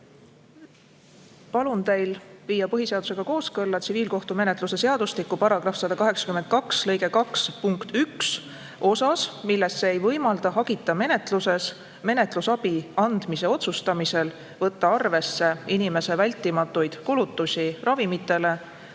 Palun teil viia põhiseadusega kooskõlla tsiviilkohtumenetluse seadustiku § 182 lõige 2 punkt 1 osas, milles see ei võimalda hagita menetluses menetlusabi andmise otsustamisel võtta arvesse inimese vältimatuid kulutusi ravimitele,